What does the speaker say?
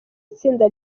itsinda